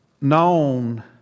known